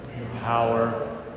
power